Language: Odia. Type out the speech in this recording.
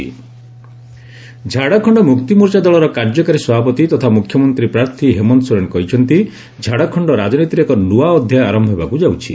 ଝାଡ଼ଖଣ୍ଡ ହେମନ୍ତ ସୋରେନ୍ ଝାଡ଼ଖଣ୍ଡ ମୁକ୍ତିମୋର୍ଚ୍ଚା ଦଳର କାର୍ଯ୍ୟକାରୀ ସଭାପତି ତଥା ମୁଖ୍ୟମନ୍ତ୍ରୀ ପ୍ରାର୍ଥୀ ହେମନ୍ତ ସୋରେନ୍ କହିଛନ୍ତି ଝାଡ଼ଖଣ୍ଡ ରାଜନୀତିରେ ଏକ ନ୍ତିଆ ଅଧ୍ୟାୟ ଆରମ୍ଭ ହେବାକୁ ଯାଉଛି